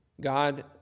God